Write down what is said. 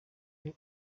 iyo